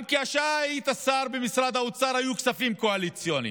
גם כשאתה היית שר במשרד האוצר היו כספים קואליציוניים.